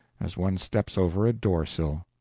as one steps over a door-sill.